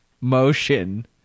motion